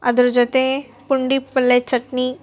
ಅದ್ರ ಜೊತೆ ಪುಂಡಿ ಪಲ್ಯ ಚಟ್ನಿ